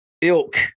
ilk